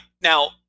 Now